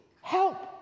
help